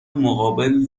مقابل